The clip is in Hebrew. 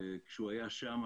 כשהוא היה שם